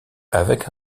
avec